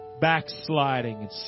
backsliding